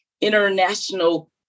international